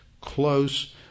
close